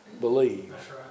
Believe